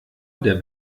der